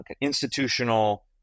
institutional